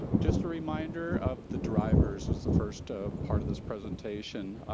just a reminder of the drivers is the first ah part of this presentation.